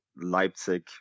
Leipzig